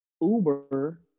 Uber